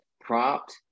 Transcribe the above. prompt